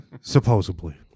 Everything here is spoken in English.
supposedly